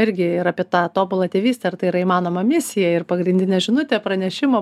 irgi ir apie tą tobulą tėvystę ar tai yra įmanoma misija ir pagrindinę žinutę pranešimo